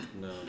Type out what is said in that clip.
No